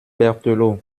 berthelot